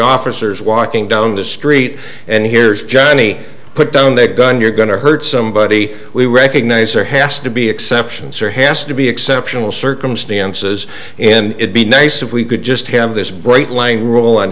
officers walking down the street and here's johnny put down that gun you're going to hurt somebody we recognize there has to be exceptions or has to be exceptional circumstances and it be nice if we could just have this bright lang rule